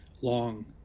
long